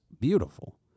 beautiful